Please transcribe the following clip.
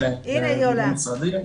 הנה, היא עולה.